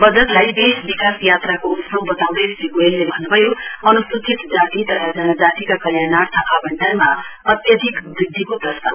वजटलाई देश विकास यात्राको उत्सव बताउँदै श्री गोयलले भन्न्भयो अन्स्चित जाति तथा जनजातिका कल्याणार्थ आवंटनमा अत्याधिक वृद्धिको प्रस्ताव छ